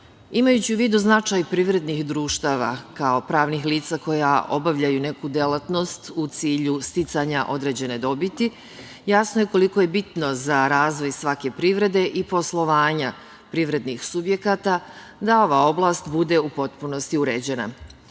u vidu značaj privrednih društava kao pravnih lica koja obavljaju neku delatnost u cilju sticanja određene dobiti, jasno je koliko je bitno za razvoj svake privrede i poslovanja privrednih subjekata da ova oblast bude u potpunosti uređena. Takođe,